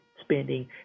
spending